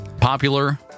popular